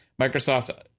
Microsoft